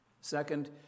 Second